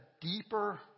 deeper